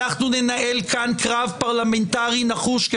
אנחנו ננהל כאן קרב פרלמנטרי נחוש,